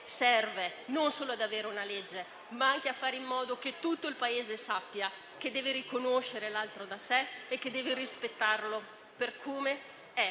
serve non solo ad avere una legge, ma anche a fare in modo che tutto il Paese sappia che deve riconoscere l'altro da sé e che deve rispettarlo per come è.